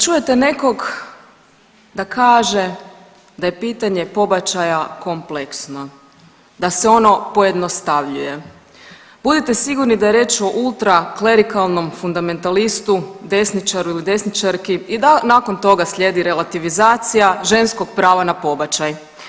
Kad čujete nekog da kaže da je pitanje pobačaja kompleksno, da se ono pojednostavljuje budite sigurni da je riječ o ultra klerikalnom fundamentalistu, desničaru ili desničarki i da nakon toga slijedi relativizacija ženskog prava na pobačaj.